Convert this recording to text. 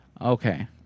Okay